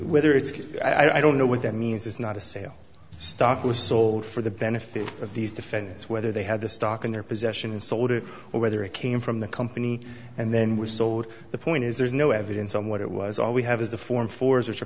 whether it's good i don't know what that means is not a sale stock was sold for the benefit of these defendants whether they had the stock in their possession and sold it or whether it came from the company and then was sold the point is there's no evidence on what it was all we have is the form fours